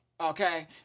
okay